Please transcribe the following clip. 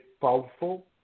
powerful